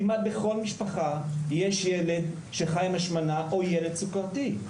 כמעט בכל משפחה יש ילד שחיי עם השמנה או ילד סוכרתי,